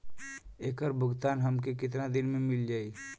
ऐकर भुगतान हमके कितना दिन में मील जाई?